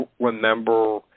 remember